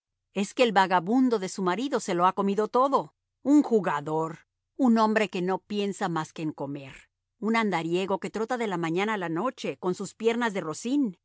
es que el vagabundo de su marido se lo ha comido todo un jugador un hombre que no piensa más que en comer un andariego que trota de la mañana a la noche con sus piernas de rocín